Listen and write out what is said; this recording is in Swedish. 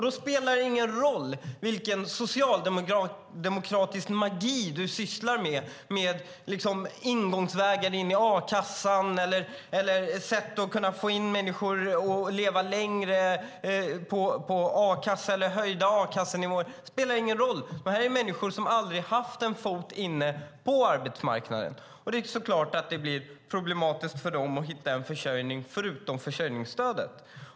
Då spelar det ingen roll vilken socialdemokratisk magi du sysslar med, med ingångsvägen in i a-kassan, sätt att få in människor i a-kassa och kunna leva längre på den eller höjda a-kassenivåer. Det spelar ingen roll, för det här är människor som aldrig haft en fot inne på arbetsmarknaden. Det är klart att det blir problematiskt för dem att hitta en försörjning förutom försörjningsstödet.